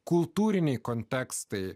kultūriniai kontekstai